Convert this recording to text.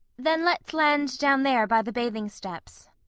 then let's land down there, by the bathing steps.